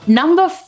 number